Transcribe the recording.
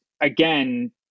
again